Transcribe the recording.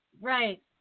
Right